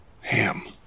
Ham